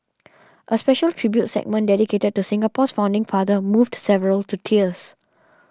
a special tribute segment dedicated to Singapore's founding father moved several to tears